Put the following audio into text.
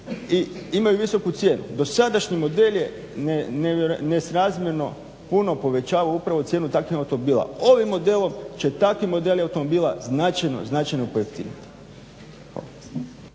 imaju visoku cijenu dosadašnji model je nesrazmjerno puno povećavao upravo cijenu takvih automobila, ovim modelom će takvi modeli automobila značajno, značajno pojeftiniti.